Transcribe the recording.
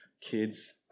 kids